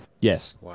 Yes